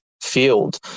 field